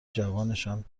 جوانشان